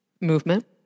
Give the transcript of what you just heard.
movement